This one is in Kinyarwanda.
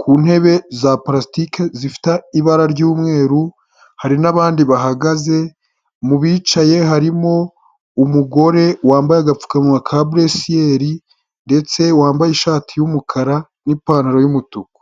ku ntebe za parasitike zifite ibara ry'umweru, hari n'abandi bahagaze, mu bicaye harimo umugore wambaye agapfukawa ka buresiyeri, ndetse wambaye ishati y'umukara n'pantaro y'umutuku.